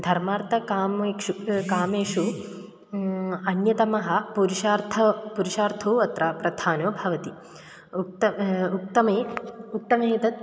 धर्मार्थकामेषु कामेषु अन्यतमः पुरुषार्थः पुरुषार्थौ अत्र प्रधानो भवति उक्तम् उक्तम् उक्तमेतत्